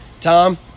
tom